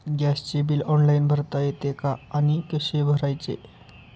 गॅसचे bill online भरता येते का आणि कसे भरायचे?